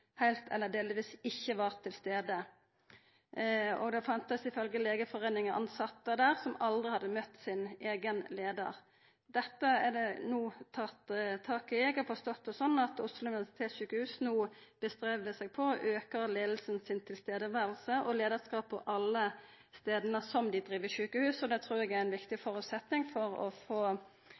heilt eller delvis ikkje var til stades. Ifølgje Den norske legeforening var det tilsette der som aldri hadde møtt sin eigen leiar. Dette er det no teke tak i. Eg har forstått det slik at Oslo universitetssjukehus no legg vinn på å auka leiinga sitt nærvær på alle stadene dei driv sjukehus. Det trur eg er ein viktig føresetnad for å få